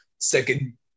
second